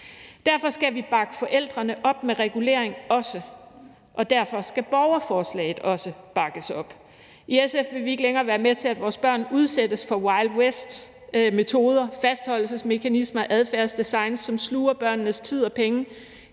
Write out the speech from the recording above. Derfor skal vi bakke forældrene op med regulering også, og derfor skal borgerforslaget også bakkes op. I SF vil vi ikke længere være med til, at vores børn udsættes for wild west-metoder, fastholdelsesmekanismer og adfærdsdesign, som sluger børnenes tid og penge;